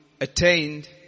attained